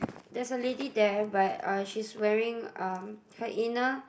there's a lady there but uh she's wearing uh her inner